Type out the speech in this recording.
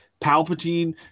Palpatine